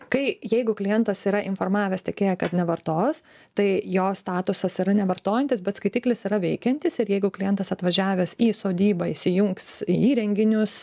tai jeigu klientas yra informavęs tikėją kad nevartos tai jo statusas yra nevartojantis bet skaitiklis yra veikiantis ir jeigu klientas atvažiavęs į sodybą įsijungs įrenginius